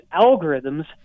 algorithms